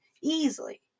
easily